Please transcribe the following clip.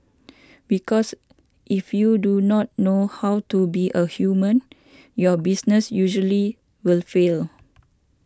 because if you do not know how to be a human your business usually will fail